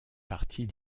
partie